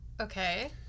Okay